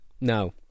No